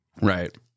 Right